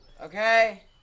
Okay